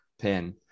pin